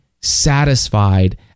satisfied